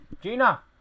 Gina